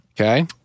Okay